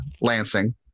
Lansing